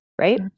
right